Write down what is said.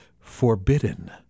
Forbidden